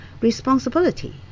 Responsibility